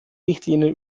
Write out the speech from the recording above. richtlinien